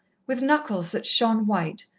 with knuckles that shone white,